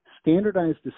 standardized